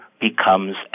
becomes